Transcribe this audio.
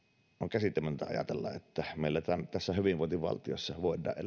käsittämätöntä ajatella että meillä tässä hyvinvointivaltiossa voidaan elää